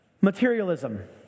materialism